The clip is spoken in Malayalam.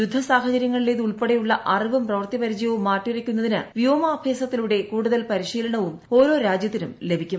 യുദ്ധ സാഹചര്യങ്ങളിലേത് ഉൾപ്പെടെയുള്ള അറിവും പ്രവൃത്തി പരിചയവും മാറ്റുരയ്ക്കുന്നതിന് വ്യോമാഭ്യാസ ത്തിലൂടെ കൂടുതൽ പരിശീലനവും ഓരോ രാജ്യത്തിനും ലഭിക്കും